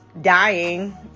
dying